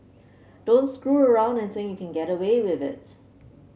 don't screw around and think you can get away with it